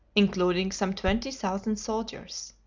including some twenty thousand soldiers.